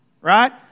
right